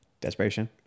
desperation